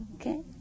Okay